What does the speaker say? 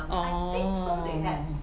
orh